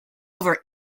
over